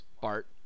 Bart